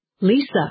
Lisa